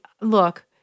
look